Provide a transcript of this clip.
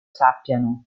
sappiano